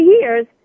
years